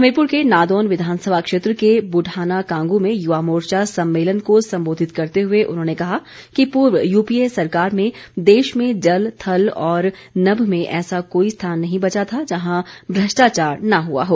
हमीरपुर के नादौन विधानसभा क्षेत्र के बुढाना कांग्र में युवा मोर्चा सम्मेलन को संबोधित करते हुए उन्होंने कहा कि पूर्व यूपीए सरकार में देश में जल थल और नभ में ऐसा कोई स्थान नहीं बचा था जहां भ्रष्टाचार न हुआ हो